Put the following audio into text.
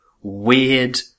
weird